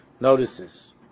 notices